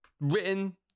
written